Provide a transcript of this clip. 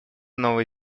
новой